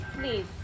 please